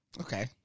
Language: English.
Okay